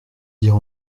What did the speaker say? dire